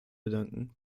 bedanken